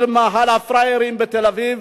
של "מאהל הפראיירים" בתל-אביב,